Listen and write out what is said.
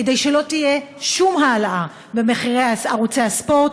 כדי שלא תהיה שום העלאה של מחירי ערוצי הספורט,